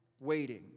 waiting